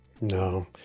no